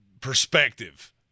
perspective